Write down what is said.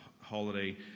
holiday